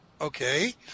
okay